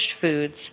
foods